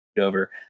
Over